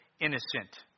innocent